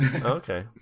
Okay